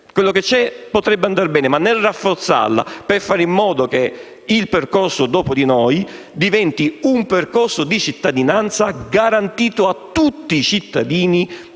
quello che c'è, che potrebbe andare bene, ma per fare in modo che il percorso "dopo di noi" diventi un percorso di cittadinanza garantito a tutti i cittadini